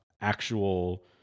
actual